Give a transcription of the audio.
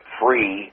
free